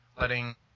letting